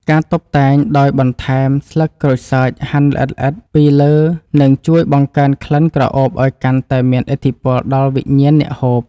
ការតុបតែងដោយបន្ថែមស្លឹកក្រូចសើចហាន់ល្អិតៗពីលើនឹងជួយបង្កើនក្លិនក្រអូបឱ្យកាន់តែមានឥទ្ធិពលដល់វិញ្ញាណអ្នកហូប។